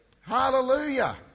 Hallelujah